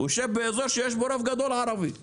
הוא יושב באזור שיש בו רוב ערבי גדול.